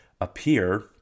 appear